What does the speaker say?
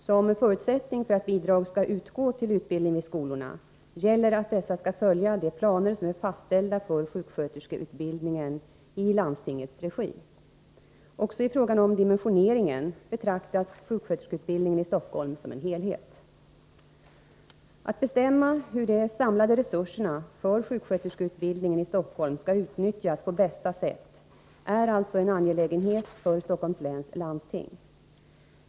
Som förutsättning för att bidrag skall utgå till utbildning vid skolorna gäller att dessa skall följa de planer som är fastställda för sjuksköterskeutbildningen i landstingets regi. Också i fråga om dimensioneringen betraktas sjuksköterskeutbildningen i Stockholm som en helhet. Att bestämma hur de samlade resurserna för sjuksköterskeutbildning i Stockholm skall utnyttjas på bästa sätt är alltså en angelägenhet för Stockholms läns landsting.